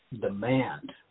demand